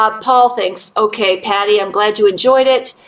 um paul, thanks. okay, patti, i'm glad you enjoyed it.